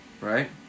right